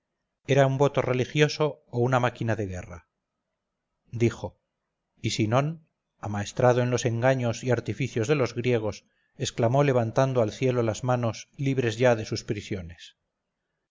era un voto religioso o una máquina de guerra dijo y sinón amaestrado en los engaños y artificios de los griegos exclamó levantando al cielo las manos libres ya de sus prisiones